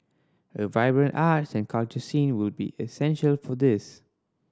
a vibrant arts and culture scene will be essential for this